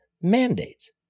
mandates